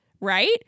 Right